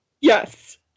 Yes